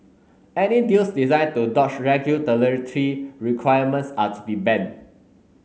any deals designed to dodge requirements are to be banned